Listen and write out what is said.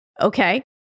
okay